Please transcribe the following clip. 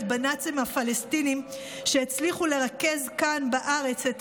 בנאצים הפלשתינים שהצליחו לרכז כאן בארץ את